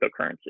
cryptocurrencies